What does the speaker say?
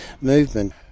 movement